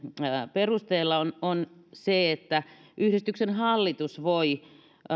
perusteella on on se että yhdistyksen hallitus voi